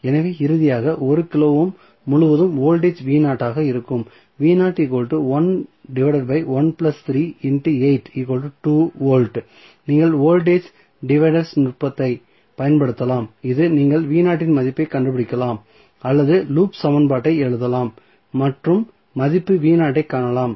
எனவே இறுதியாக 1 kilo ohm முழுவதும் வோல்டேஜ் இருக்கும் நீங்கள் வோல்டேஜ் டிவைடர்ஸ் நுட்பத்தை பயன்படுத்தலாம் இது நீங்கள் இன் மதிப்பைக் கண்டுபிடிக்கலாம் அல்லது லூப் சமன்பாட்டை எழுதலாம் மற்றும் மதிப்பு ஐக் காணலாம்